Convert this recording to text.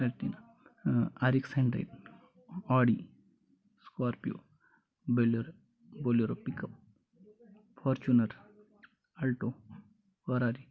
प्ॅटिना आरिक्स Android Audi Scorpio बोल्यर Bolero pickup Fortuner Alto फरारी